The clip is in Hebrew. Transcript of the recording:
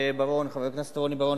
חבר הכנסת רוני בר-און,